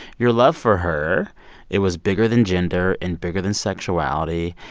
your love for her it was bigger than gender and bigger than sexuality.